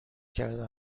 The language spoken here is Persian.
کرده